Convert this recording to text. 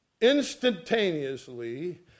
instantaneously